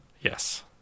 Yes